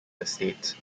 estate